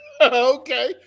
Okay